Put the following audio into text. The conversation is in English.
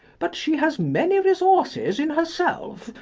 but she has many resources in herself,